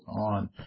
on